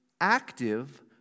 active